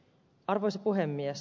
arvoisa puhemies